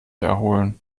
erholen